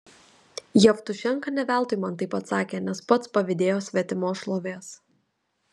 jevtušenka ne veltui man taip atsakė nes pats pavydėjo svetimos šlovės